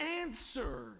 answer